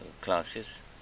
classes